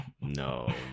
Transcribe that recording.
no